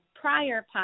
prior